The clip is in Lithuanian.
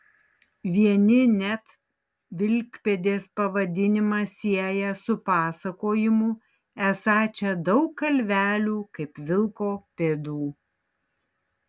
vieni net vilkpėdės pavadinimą sieja su pasakojimu esą čia daug kalvelių kaip vilko pėdų